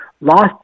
lost